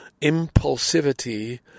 impulsivity